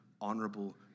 Honorable